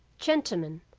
gentlemen,